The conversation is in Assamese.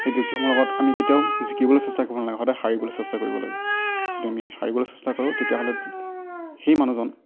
সেই ব্যক্তিসমূহৰ লগত আমি কেতিয়াও জিকিবলৈ চেষ্টা কৰিব নালাগে সদায় হাৰিবলৈ চেষ্টা কৰিব লাগে যদি আমি হাৰিবলৈ চেষ্টা কৰোঁ তেতিয়াহ'লে সেই মানুহজন